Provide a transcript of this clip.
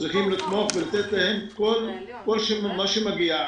צריך לתת להם כל מה שמגיע.